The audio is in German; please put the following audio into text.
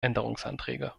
änderungsanträge